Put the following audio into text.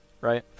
right